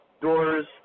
doors